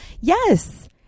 Yes